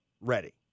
ready